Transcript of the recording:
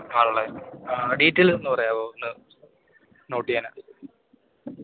ആണല്ലേ ആ ഡീറ്റെയിലൊന്നു പറയാമോ ഒന്ന് നോട്ട് ചെയ്യാനാണ്